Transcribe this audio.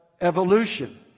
evolution